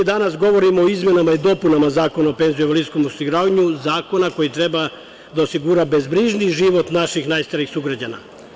Danas govorimo o izmenama i dopunama Zakona o PIO, zakona koji treba da osigura bezbrižniji život naših najstarijih sugrađana.